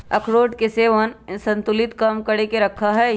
अखरोट के सेवन इंसुलिन के कम करके रखा हई